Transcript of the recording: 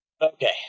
Okay